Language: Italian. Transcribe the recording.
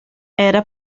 era